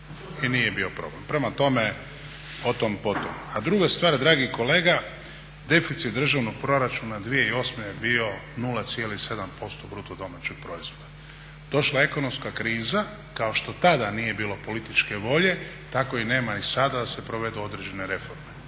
i nije bio problem. Prema tome, o tom potom. A druga stvar, dragi kolega deficit državnog proračuna 2008. je bio 0,7% BDP-a. Došla je ekonomska kriza, kao što tada nije bilo političke volje tako je nema i sad da se provedu određene reforme.